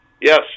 Yes